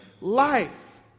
life